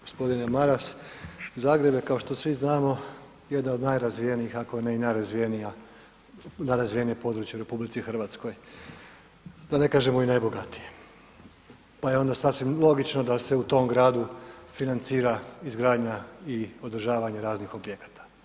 Gospodine Maras, Zagreb je kao što svi znamo jedna od nerazvijenijih ako ne i najrazvijenije područje u RH, da ne kažemo i najbogatije, pa je onda sasvim logično da se u tom gradu financira izgradnja i održavanje raznih objekata.